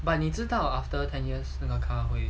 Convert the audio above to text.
but 你知道 after ten years 那个 car 会